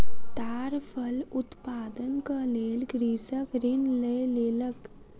ताड़ फल उत्पादनक लेल कृषक ऋण लय लेलक